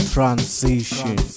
Transition